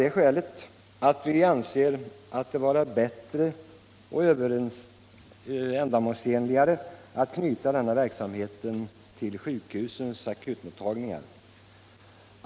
Vi anser det nämligen vara bättre och ändamålsenligare att knyta denna verksamhet till sjukhusens akutmottagningar.